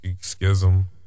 Schism